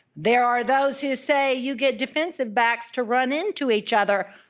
there are those who say you get defensive backs to run into each other,